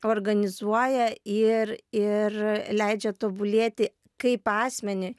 organizuoja ir ir leidžia tobulėti kaip asmenį